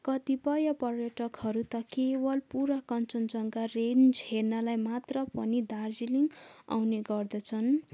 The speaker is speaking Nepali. कतिपय पर्यटकहरू त केवल पुरा कञ्चनजङ्घा रेन्ज हेर्नलाई मात्र पनि दार्जिलिङ आउने गर्दछन्